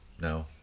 No